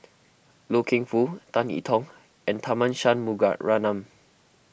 Loy Keng Foo Tan I Tong and Tharman Shanmugaratnam